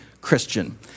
Christian